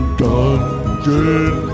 dungeon